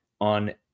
on